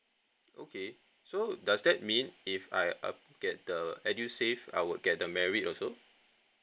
okay so does that mean if I uh get the edusave I would get the merit also